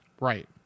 Right